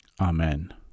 Amen